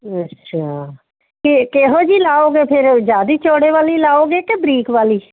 ਅੱਛਾ ਅਤੇ ਕਿਹੋ ਜਿਹੀ ਲਾਓਗੇ ਫਿਰ ਜ਼ਿਆਦੀ ਚੌੜੇ ਵਾਲੀ ਲਾਓਗੇ ਕਿ ਬਰੀਕ ਵਾਲੀ